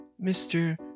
Mr